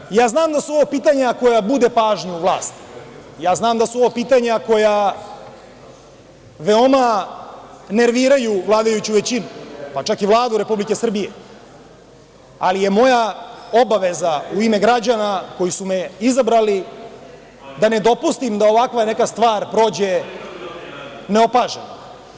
Dakle, ja znam da su ovo pitanja koja bude pažnju u vlasti, ja znam da su ovo pitanja koja veoma nerviraju vladajuću većinu, pa čak i Vladu Republike Srbije, ali je moja obaveza u ime građana koji su me izabrali da ne dopustim da ovakva neka stvar prođe neopaženo.